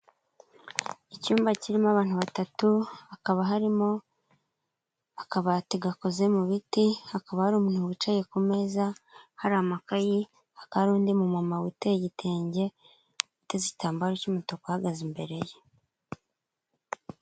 Icyumba kirimo abantu batatu hakaba harimo akabati gakoze mu biti, hakaba hari umuntu wicaye ku meza, hari amakayi hakaba hari undi mu mama witeye igitengete, uteze igitambaro cy'umutuku, uhagaze imbere ye.